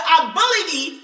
ability